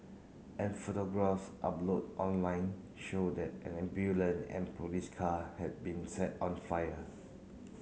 and photographs uploade online show that an ambulance and police car had been set on fire